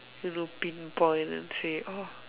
he will pinpoint and say oh